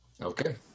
Okay